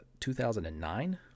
2009